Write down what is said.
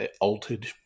altered